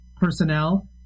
personnel